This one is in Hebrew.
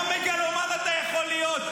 אנחנו נעשה תרגול כי הוא טוב באנגלית.